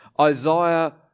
Isaiah